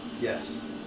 Yes